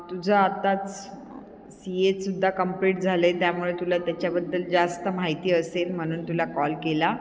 तुझा आत्ताच सी एसुद्धा कमप्लीट झाले आहे त्यामुळे तुला त्याच्याबद्दल जास्त माहिती असेल म्हणून तुला कॉल केला